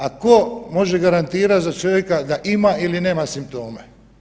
A tko može garantirati za čovjeka da ima ili nema simptome?